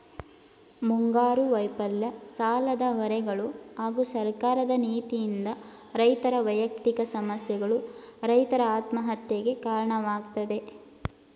ಮುಂಗಾರು ವೈಫಲ್ಯ ಸಾಲದ ಹೊರೆಗಳು ಹಾಗೂ ಸರ್ಕಾರದ ನೀತಿಯಿಂದ ರೈತರ ವ್ಯಯಕ್ತಿಕ ಸಮಸ್ಯೆಗಳು ರೈತರ ಆತ್ಮಹತ್ಯೆಗೆ ಕಾರಣವಾಗಯ್ತೆ